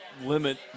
limit